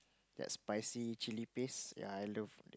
that spicy chili paste ya I love